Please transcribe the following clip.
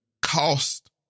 cost